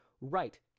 Right